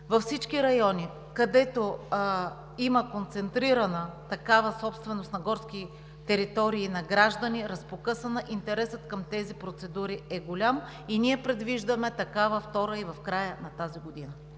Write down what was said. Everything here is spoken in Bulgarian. Във всички райони, където има концентрирана такава собственост на горски територии на граждани, е разпокъсана. Интересът към тези процедури е голям и ние предвиждаме такава втора и в края на тази година.